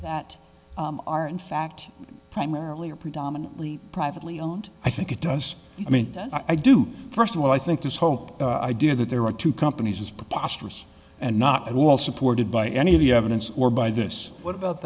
that are in fact primarily are predominantly privately owned i think it does i mean i do first of all i think this whole idea that there are two companies is preposterous and not all supported by any of the evidence or by this what about